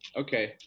okay